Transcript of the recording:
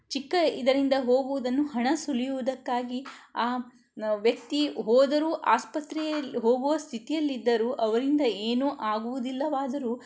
ಚಿಕ್ಕ ಇದರಿಂದ ಹೋಗುವುದನ್ನು ಹಣ ಸುಲಿಯುದಕ್ಕಾಗಿ ಆ ವ್ಯಕ್ತಿ ಹೋದರೂ ಆಸ್ಪತ್ರೆಯಲ್ಲಿ ಹೋಗುವ ಸ್ಥಿತಿಯಲ್ಲಿದ್ದರೂ ಅವರಿಂದ ಏನೂ ಆಗುವುದಿಲ್ಲವಾದರೂ